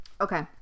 Okay